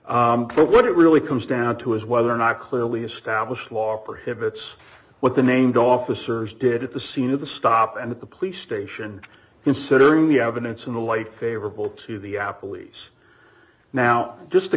here but what it really comes down to is whether or not clearly established law prohibits what the named officers did at the scene of the stop and the police station considering the evidence in the light favorable to the apple lease now just